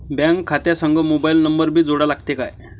Bank खात्या संग mobile number भी जोडा लागते काय?